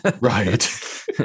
right